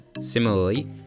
Similarly